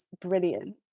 brilliant